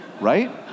right